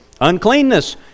Uncleanness